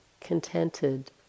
contented